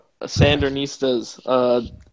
Sandernistas